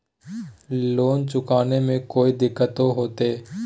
Loan चुकाने में कोई दिक्कतों होते?